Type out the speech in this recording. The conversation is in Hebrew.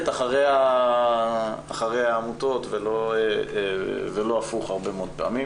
אחרי העמותות ולא הפוך הרבה מאוד פעמים.